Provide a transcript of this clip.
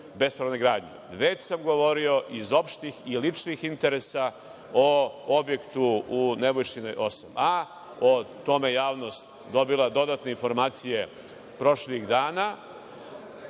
bespravne gradnje. Već sam govorio iz opštih i ličnih interesa o objektu u Nebojšinoj 8, a o tome javnost je dobila dodatne informacije prošlih dana,